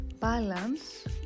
balance